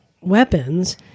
weapons